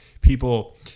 people